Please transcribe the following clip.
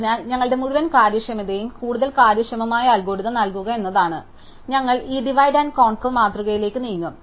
അതിനാൽ ഞങ്ങളുടെ മുഴുവൻ കാര്യക്ഷമതയും കൂടുതൽ കാര്യക്ഷമമായ അൽഗോരിതം നൽകുക എന്നതാണ് അതിനാൽ ഞങ്ങൾ ഈ ഡിവൈഡ് ആൻഡ് കോൻക്യുർ മാതൃകയിലേക്ക് നീങ്ങും